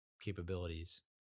capabilities